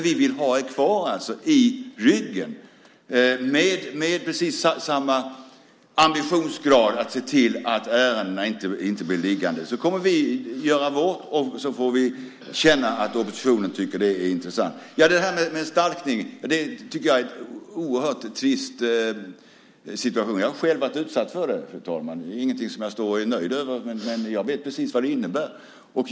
Vi vill ha er kvar i ryggen med samma ambitionsgrad att se till att ärendena inte blir liggande. Vi kommer att göra vårt och så får vi känna att oppositionen tycker att det är intressant. Stalkning är något oerhört trist. Jag har själv varit utsatt för det. Det är inte något som jag är glad över. Jag vet precis vad det innebär.